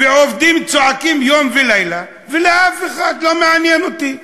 ועובדים צועקים יום ולילה, ולא מעניין אותי.